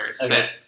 Okay